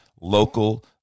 local